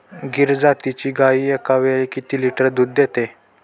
गीर जातीची गाय एकावेळी किती लिटर दूध देते?